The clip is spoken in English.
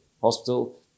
Hospital